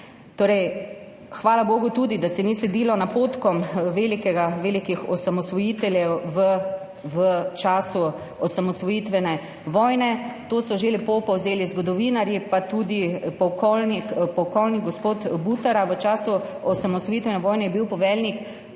Hvala bogu, da se ni sledilo napotkom velikih osamosvojiteljev v času osamosvojitvene vojne. To so že lepo povzeli zgodovinarji, pa tudi polkovnik gospod Butara, v času osamosvojitvene vojne je bil poveljnik